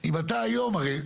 יושב בפריפריה.